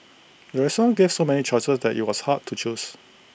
the restaurant gave so many choices that IT was hard to choose